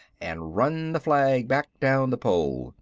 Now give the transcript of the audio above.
and run the flag back down the pole.